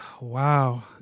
Wow